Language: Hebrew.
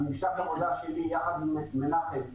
ממשק העבודה שלי יחד עם מנחם לייבה,